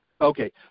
Okay